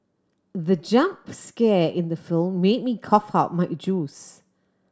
the jump scare in the film made me cough out my juice